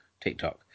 TikTok